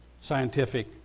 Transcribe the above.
scientific